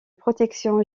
protection